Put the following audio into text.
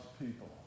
people